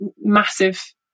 massive